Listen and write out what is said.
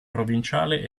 provinciale